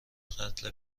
قتل